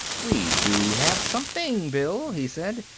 we do have something, bill, he said.